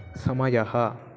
समयः